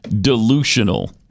delusional